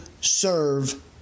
serve